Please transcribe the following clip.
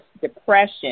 depression